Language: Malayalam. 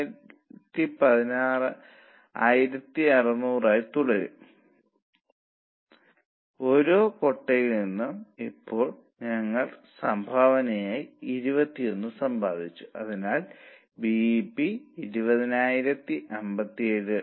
75 ആയി കുറയ്ക്കാൻ കഴിയും അതാണ് ഞങ്ങൾ തൊഴിലാളികൾക്ക് നൽകാൻ ആഗ്രഹിക്കുന്ന ഒരു ഓഫർ